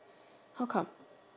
how come